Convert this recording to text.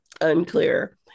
unclear